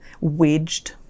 wedged